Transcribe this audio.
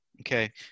okay